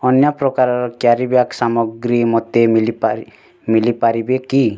ଅନ୍ୟ ପ୍ରକାରର carry bag ସାମଗ୍ରୀ ମୋତେ ମିଲିପାରି ମିଲିପାରିବେ କି